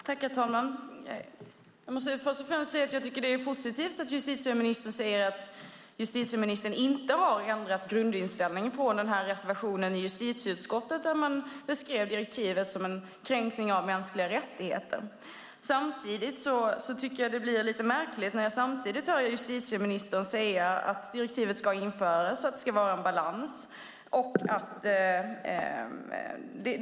Herr talman! Jag måste först och främst säga att jag tycker att det är positivt att justitieministern säger att hon inte har ändrat grundinställning från reservationen i justitieutskottet, som beskrev direktivet som en kränkning av mänskliga rättigheter. Men jag tycker att det blir lite märkligt när jag samtidigt hör justitieministern säga att direktivet ska införas och att det ska vara en balans.